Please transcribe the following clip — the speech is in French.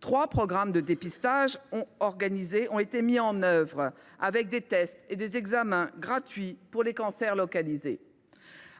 Trois programmes de dépistage organisé ont été mis en œuvre, avec des tests et des examens gratuits pour les cancers localisés.